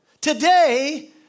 today